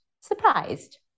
surprised